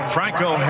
Franco